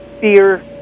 fear